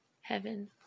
Heaven